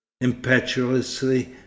impetuously